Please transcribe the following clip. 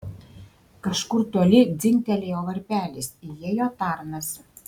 kažkur toli dzingtelėjo varpelis įėjo tarnas